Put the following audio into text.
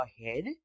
ahead